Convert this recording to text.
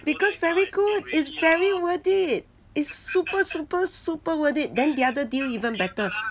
because very good is very worth it is super super super worth it then the other day even better